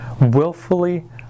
willfully